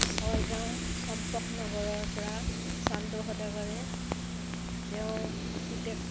ছয়গাঁৱৰ চম্পক নগৰৰ পৰা চান্দো সদাগৰে তেওঁৰ পুতেক